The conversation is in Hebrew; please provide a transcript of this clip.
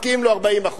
מפקיעים לו 40%,